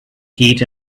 heat